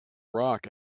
rock